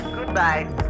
Goodbye